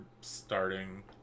starting